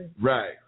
right